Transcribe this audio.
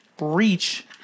reach